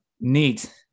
Neat